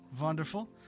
Wonderful